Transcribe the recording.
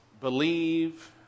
believe